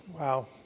Wow